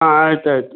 ಹಾಂ ಆಯ್ತು ಆಯಿತು